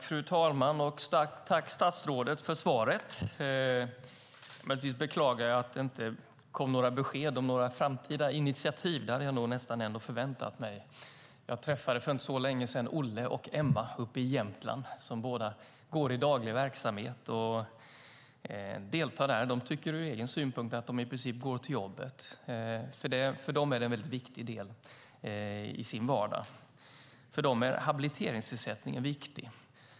Fru talman! Jag tackar statsrådet för svaret. Möjligtvis beklagar jag att det inte kom några besked om några framtida initiativ. Det hade jag nog nästan förväntat mig. Jag träffade för inte så länge sedan Olle och Emma uppe i Jämtland som båda deltar i daglig verksamhet. De tycker att de i princip går till jobbet. För dem är det en väldigt viktig del i deras vardag. För dem är habiliteringsersättningen viktig.